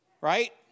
right